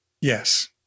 Yes